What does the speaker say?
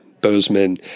Bozeman